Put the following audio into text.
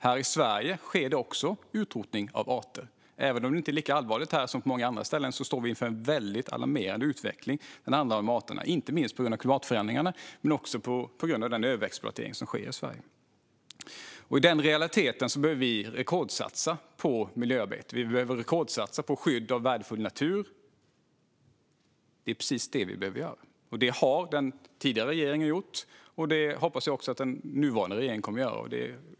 Här i Sverige sker det också utrotning av arter. Även om det inte är lika allvarligt här som på många andra ställen står vi inför en alarmerande utveckling när det handlar om arterna, inte minst på grund av klimatförändringarna men också på grund av den överexploatering som sker i Sverige. I den realiteten behöver vi rekordsatsa på miljöarbetet. Vi behöver rekordsatsa på skydd av värdefull natur. Det är precis det vi behöver göra. Det har den tidigare regeringen gjort, och det hoppas jag att även den nuvarande regeringen kommer att göra.